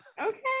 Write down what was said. okay